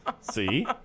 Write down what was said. See